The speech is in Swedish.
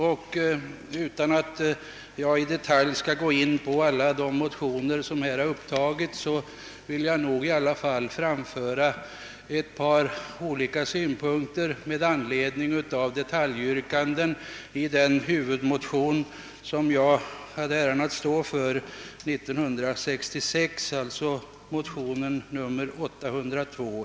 Jag skall emellertid inte nu ingå i detalj på alla de motioner som behandlas, utan bara framföra ett par synpunkter med hänsyn till några yrkanden i den motion som jag hade äran att stå som huvudman för 1966, motionen II: 802.